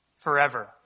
Forever